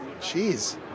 Jeez